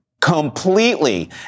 completely